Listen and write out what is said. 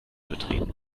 betreten